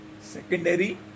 secondary